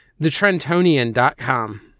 TheTrentonian.com